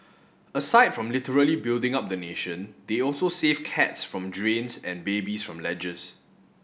aside from literally building up the nation they also save cats from drains and babies from ledges